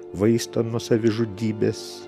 vaisto nuo savižudybės